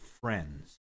friends